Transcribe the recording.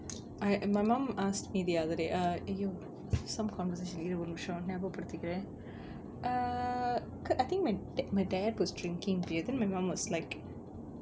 I and my mom asked me the other day uh you some conversation இரு ஒரு நிமிசம் ஞாபக படுத்திகிரேன்:iru oru nimisam naabaga paduthikkiraen uh I think my dad was drinking beer then my mum was like